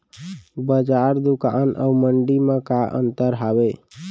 बजार, दुकान अऊ मंडी मा का अंतर हावे?